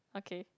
okay